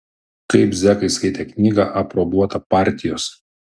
kaip zekai skaitė knygą aprobuotą partijos